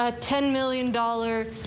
ah ten million dollars.